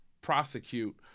prosecute